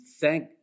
thank